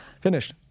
Finished